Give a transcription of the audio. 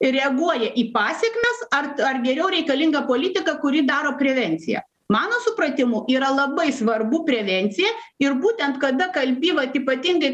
reaguoja į pasekmes ar ar geriau reikalinga politika kuri daro prevenciją mano supratimu yra labai svarbu prevencija ir būtent kada kalbi vat ypatingai